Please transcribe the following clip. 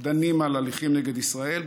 דנים על הליכים נגד ישראל,